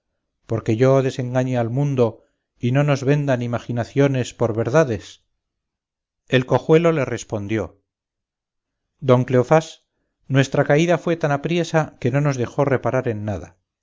porque yo desengañe al mundo y no nos vendan imaginaciones por verdades el cojuelo le respondió don cleofás nuestra caída fué tan apriesa que no nos dejó reparar en nada